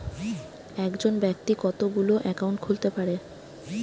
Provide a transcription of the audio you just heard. একজন ব্যাক্তি কতগুলো অ্যাকাউন্ট খুলতে পারে?